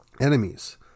enemies